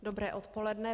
Dobré odpoledne.